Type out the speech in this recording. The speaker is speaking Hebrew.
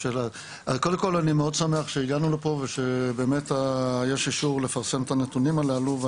אני מאוד שמח שהגענו לפה ושיש אישור לפרסם את הנתונים הללו.